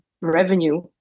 revenue